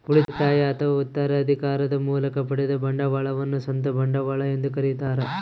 ಉಳಿತಾಯ ಅಥವಾ ಉತ್ತರಾಧಿಕಾರದ ಮೂಲಕ ಪಡೆದ ಬಂಡವಾಳವನ್ನು ಸ್ವಂತ ಬಂಡವಾಳ ಎಂದು ಕರೀತಾರ